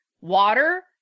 water